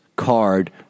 card